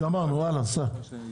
גמרנו הלאה סע.